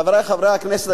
חברי חברי הכנסת,